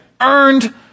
earned